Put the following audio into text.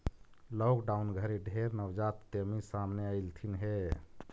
lockdown घरी ढेर नवजात उद्यमी सामने अएलथिन हे